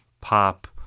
pop